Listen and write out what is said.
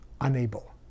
unable